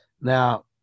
Now